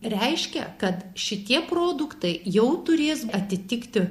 reiškia kad šitie produktai jau turės atitikti